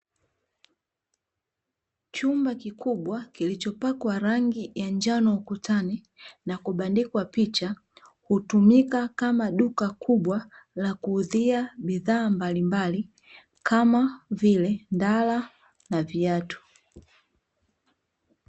Chumba kikubwa kilichopakwa rangi ya njano ukutani na kubandikwa picha. Hutumika kama duka kubwa la kuuzia bidhaa mbalimbali kama vile ndala, na viatu.